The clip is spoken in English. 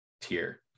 tier